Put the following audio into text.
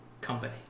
company